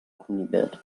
kunibert